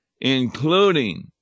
including